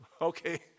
okay